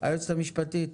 היועצת המשפטית?